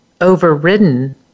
overridden